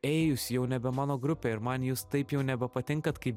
ei jūs jau nebe mano grupė ir man jūs taip jau nebepatinkat kai